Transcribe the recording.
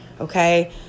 Okay